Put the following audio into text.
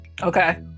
Okay